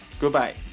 goodbye